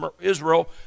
Israel